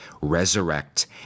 resurrect